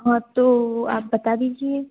हाँ तो आप बता दीजिए